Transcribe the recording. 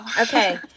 Okay